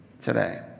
today